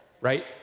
right